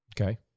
Okay